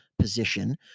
Position